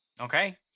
Okay